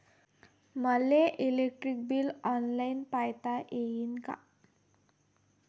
मले electric bill online पायता येईन का?